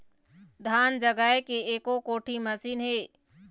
धान जगाए के एको कोठी मशीन हे?